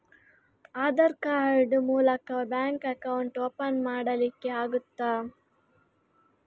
Aadhaar card ಮೂಲಕ bank account open ಮಾಡಲಿಕ್ಕೆ ಆಗುತಾ?